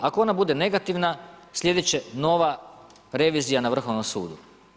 Ako ona bude negativna, sljedeće, nova revizija na Vrhovnom sudu.